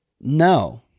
No